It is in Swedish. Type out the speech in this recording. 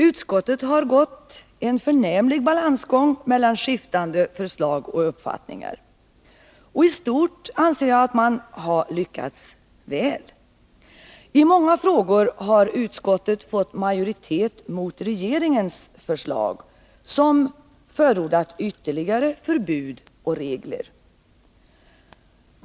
Utskottet har gått en förnämlig balansgång mellan skiftande förslag och uppfattningar, och i stort sett anser jag att man har lyckats ganska väl. I många frågor har utskottet fått majoritet gentemot regeringens förslag, vari förordas ytterligare förbud och regler.